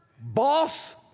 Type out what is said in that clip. boss